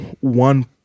one